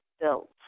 built